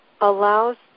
allows